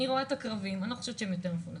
אני רואה את הקרביים ואני חושבת שהם לא יותר מפונקים.